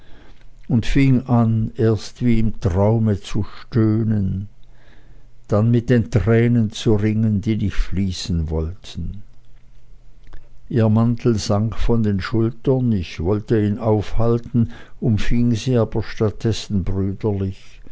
und fing an erst wie im traume zu stöhnen dann mit den tränen zu ringen die nicht fließen wollten ihr mantel sank von den schultern ich wollte ihn aufhalten umfing sie aber statt dessen brüderlich